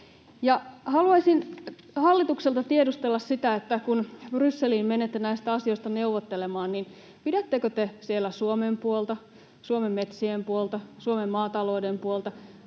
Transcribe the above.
Haluaisin hallitukselta tiedustella: kun menette Brysseliin näistä asioista neuvottelemaan, niin pidättekö te siellä Suomen puolta, Suomen metsien puolta ja Suomen maatalouden puolta